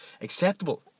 Acceptable